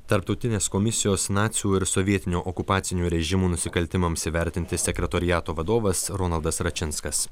tarptautinės komisijos nacių ir sovietinio okupacinių režimų nusikaltimams įvertinti sekretoriato vadovas ronaldas račinskas